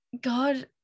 god